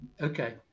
Okay